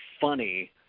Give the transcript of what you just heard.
funny